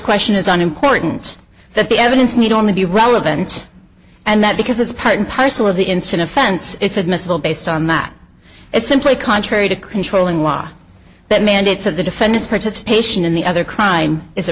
question is an important that the evidence need only be relevant and that because it's part and parcel of the insertion of fence it's admissible based on that it's simply contrary to controlling law that mandates of the defendant's participation in the other crime is a